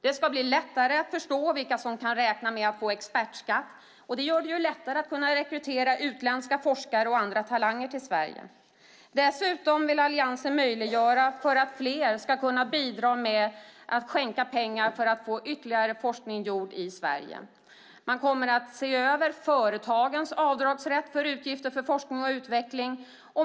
Det ska bli lättare att förstå vilka som kan räkna med att få expertskatt. Det gör det lättare att kunna rekrytera utländska forskare och andra talanger till Sverige. Dessutom vill Alliansen möjliggöra för fler att bidra med att skänka pengar för att få ytterligare forskning gjord i Sverige. Man kommer att se över företagens avdragsrätt för utgifter för forskning och utveckling.